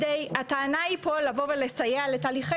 הטענה היא פה לבוא ולסייע לתהליכי